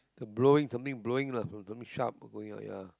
blowing something blowing lah something sharp going out ya